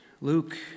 Luke